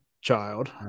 child